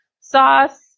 sauce